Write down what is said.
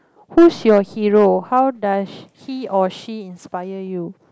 whose your hero how does he or she inspire you